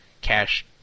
cash